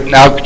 Now